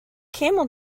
camel